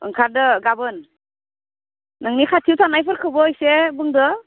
ओंखारदो गाबोन नोंनि खाथियाव थानायफोरखौबो एसे बुंदो